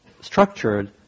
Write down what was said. structured